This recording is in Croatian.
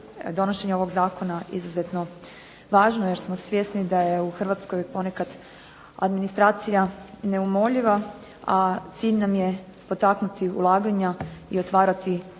donošenje ovog zakona izuzetno važno, jer smo svjesni da je u Hrvatskoj ponekad administracija neumoljiva, a cilj nam je potaknuti ulaganja i otvarati